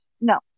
No